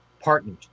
partners